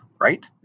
right